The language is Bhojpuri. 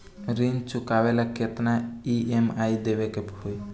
ऋण चुकावेला केतना ई.एम.आई देवेके होई?